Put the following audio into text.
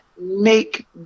make